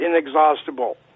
inexhaustible